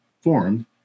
formed